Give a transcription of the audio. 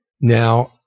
Now